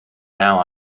now